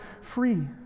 free